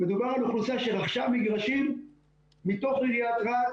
מדובר באוכלוסייה שרכשה מגרשים מתוך עיריית רהט,